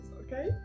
okay